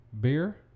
Beer